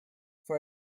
for